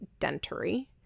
dentary